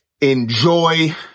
Enjoy